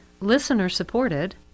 listener-supported